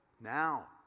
now